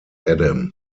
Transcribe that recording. adam